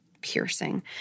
piercing